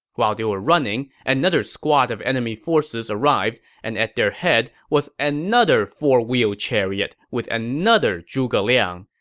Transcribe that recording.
while they were running, another squad of enemy forces arrived, and at their head was another four-wheeled chariot with another zhuge liang.